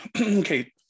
okay